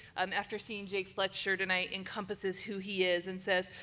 um after seeing jake's lecture tonight encompasses who he is and says,